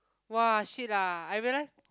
!wah! shit lah I realise